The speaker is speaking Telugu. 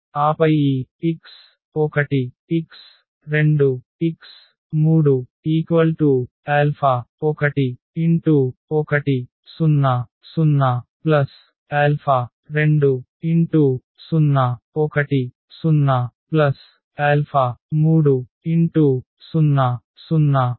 ఆపై ఈ x1 x2 x3 11 0 0 20 1 0 30 0 1